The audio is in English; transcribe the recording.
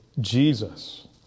Jesus